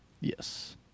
Yes